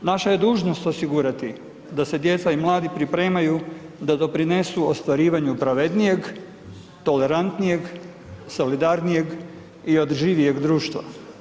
Naša je dužnost osigurati da se djeca i mladi pripremaju da doprinesu ostvarivanju pravednijeg, tolerantnijeg, solidarnijeg i održivijeg društva.